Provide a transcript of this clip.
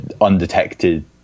undetected